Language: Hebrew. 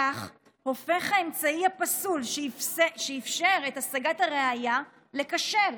בכך הופך האמצעי הפסול שאפשר את השגת הראיה לכשר,